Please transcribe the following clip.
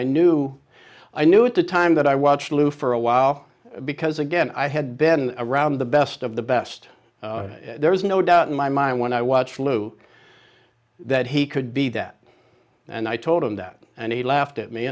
i knew i knew at the time that i watched lou for a while because again i had been around the best of the best there is no doubt in my mind when i watch lou that he could be that and i told him that and he laughed at me